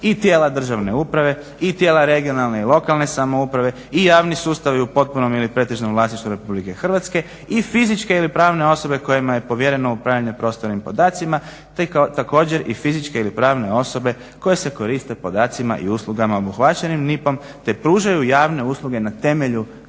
i tijela državne uprave i tijela regionalne i lokalne samouprave i javni sustavi u potpunom ili pretežnom vlasništvu RH i fizičke ili pravne osobe kojima je povjereno upravljanje prostornim podacima te također fizičke ili pravne osobe koje se koriste podacima i uslugama obuhvaćenih NIP-om te pružaju javne usluge na temelju